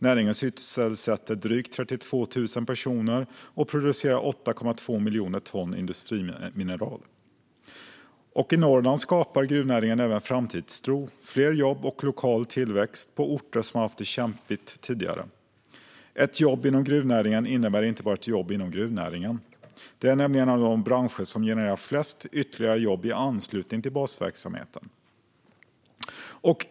Näringen sysselsätter drygt 32 000 personer och producerar 8,2 miljoner ton industrimineral. I Norrland skapar gruvnäringen även framtidstro, fler jobb och lokal tillväxt på orter som har haft det kämpigt tidigare. Ett jobb inom gruvnäringen innebär inte bara ett jobb inom gruvnäringen. Det är nämligen en av de branscher som genererar flest ytterligare jobb i anslutning till basverksamheten.